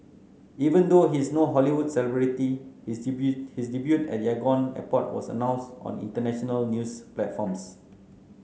even though he is no Hollywood celebrity his his debut at Yangon airport was announced on international news platforms